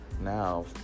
now